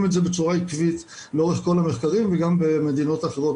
את זה בצורה עקבית לאורך כל המחקרים וגם במדינות אחרות,